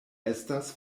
estas